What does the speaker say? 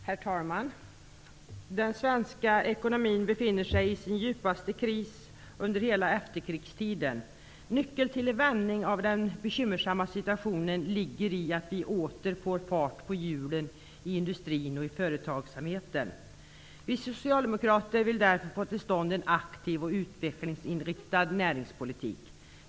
Herr talman! Den svenska ekonomin befinner sig i sin djupaste kris under efterkrigstiden. Nyckeln till en vändning av den bekymmersamma situationen finns i att vi åter får fart på hjulen i industrin och i företagsamheten. Vi socialdemokrater vill därför få till stånd en aktiv och utvecklingsinriktad näringspolitik.